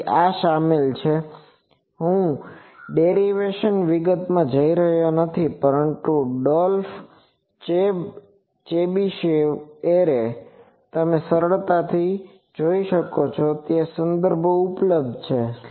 તેથી આ શામેલ છે હું ડેરિવેશન વિગતોમાં જઈ રહ્યો નથી પરંતુ ડોલ્ફ ચેબીશેવ એરે તમે સરળતાથી જોઈ શકો છો ત્યાં સારા સંદર્ભો ઉપલબ્ધ છે